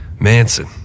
Manson